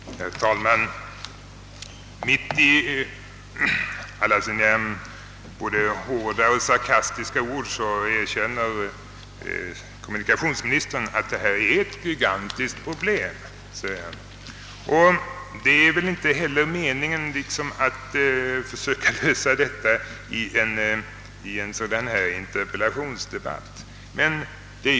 Herr talman! Mitt bland alla sina hårda och sarkastiska ord erkänner kommunikationsministern att detta är ett gigantiskt problem. Det är väl inte heller meningen att försöka lösa det i en interpellationsdebatt.